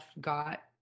got